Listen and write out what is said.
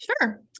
Sure